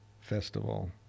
Festival